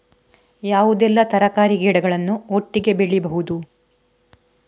ಯಾವುದೆಲ್ಲ ತರಕಾರಿ ಗಿಡಗಳನ್ನು ಒಟ್ಟಿಗೆ ಬೆಳಿಬಹುದು?